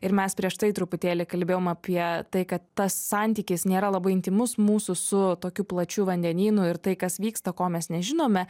ir mes prieš tai truputėlį kalbėjom apie tai kad tas santykis nėra labai intymus mūsų su tokiu plačiu vandenynu ir tai kas vyksta ko mes nežinome